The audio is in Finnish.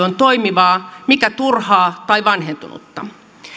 on toimivaa mikä turhaa tai vanhentunutta